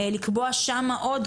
לקבוע שם עוד,